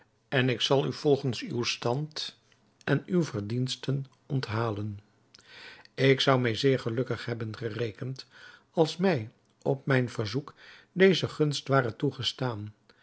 en ik zal u volgens uw stand en uwe verdiensten onthalen ik zou mij zeer gelukkig hebben gerekend als mij op mijn verzoek deze gunst ware toegestaan